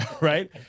right